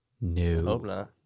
No